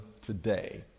today